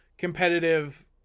competitive